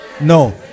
No